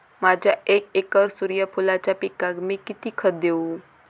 माझ्या एक एकर सूर्यफुलाच्या पिकाक मी किती खत देवू?